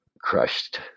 crushed